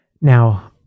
Now